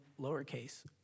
lowercase